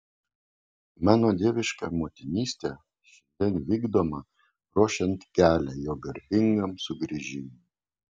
mano dieviška motinystė šiandien vykdoma ruošiant kelią jo garbingam sugrįžimui